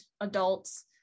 adults